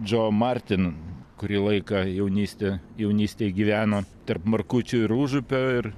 džo martin kurį laiką jaunystę jaunystėj gyveno tarp markučių ir užupio ir